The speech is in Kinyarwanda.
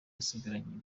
asigaranye